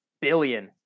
billion